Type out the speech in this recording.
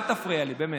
אל תפריע לי, באמת.